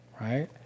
Right